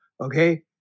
okay